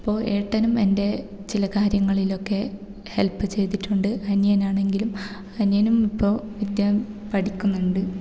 ഇപ്പോൾ ഏട്ടനും എൻ്റെ ചില കാര്യങ്ങളിലൊക്കെ ഹെൽപ്പ് ചെയ്തിട്ടുണ്ട് അനിയനാണെങ്കിലും അനിയനും ഇപ്പോൾ വിദ്യ പഠിക്കുന്നുണ്ട്